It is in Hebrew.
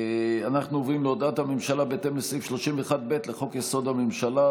אנחנו עוברים להודעת הממשלה בהתאם לסעיף 31(ב) לחוק-יסוד הממשלה,